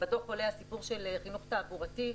בדוח עולה הסיפור של חינוך תעבורתי.